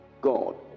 God